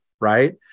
right